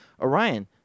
Orion